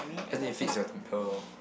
cause need fix your temper lor